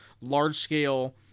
large-scale